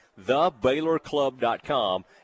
TheBaylorClub.com